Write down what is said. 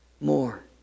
more